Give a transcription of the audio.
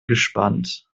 gespannt